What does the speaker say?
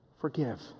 forgive